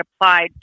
applied